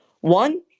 One